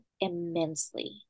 immensely